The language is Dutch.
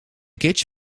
kitch